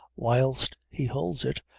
whilst he holds it,